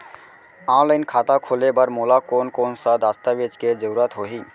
Online खाता खोले बर मोला कोन कोन स दस्तावेज के जरूरत होही?